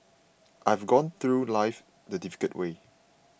I have gone through life the difficult way